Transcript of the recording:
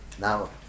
Now